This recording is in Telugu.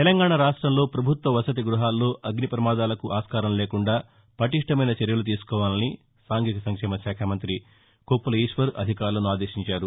తెలంగాణ రాష్ట్రంలో పభుత్వ వసతి గృహాల్లో అగ్ని పమాదాలకు ఆస్కారంలేకుడా పటిష్టమైన చర్యలు తీసుకోవాలని సాంఘిక సంక్షేమ శాఖ మంత్రి కొప్పుల ఈశ్వర్ అధికారులను ఆదేశించారు